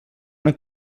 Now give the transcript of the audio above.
una